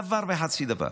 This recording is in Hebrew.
דבר וחצי דבר.